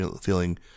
feeling